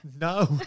No